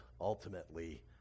ultimately